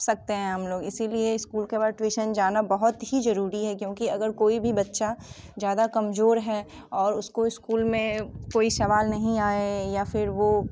सकते हैं हम लोग इसीलिए इस्कूल के बाद ट्यूशन जाना बहुत ही जरूरी है क्योंकि अगर कोई भी बच्चा ज़्यादा कमजोर है और उसको अस्कूल में कोई सवाल नहीं आए या फिर वो